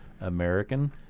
american